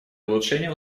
улучшения